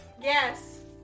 Yes